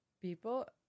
people